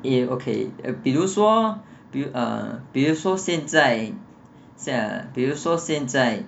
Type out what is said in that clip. eh okay err 比如说比如说现在现 ah 比如说现在